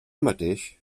mateix